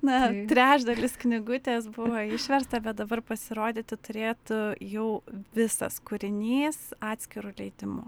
na trečdalis knygutės buvo išversta bet dabar pasirodyti turėtų jau visas kūrinys atskiru leidimu